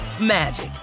magic